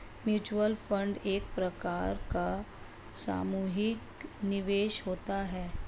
mutual fund एक प्रकार का सामुहिक निवेश होता है